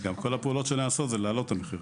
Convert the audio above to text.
וגם כל הפעולות שנעשות זה להעלות את המחירים.